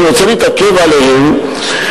שאני רוצה להתעכב עליהם,